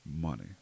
money